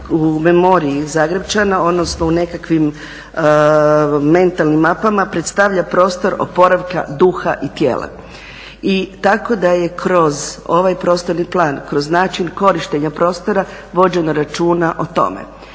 u memoriji Zagrepčana, odnosno u nekakvim mentalnim mapama predstavlja prostor oporavka duha i tijela, tako da je kroz ovaj prostorni plan, kroz način korištenja prostora vođeno računa o tome.